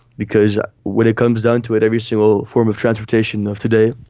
because when it comes down to it every single form of transportation of today,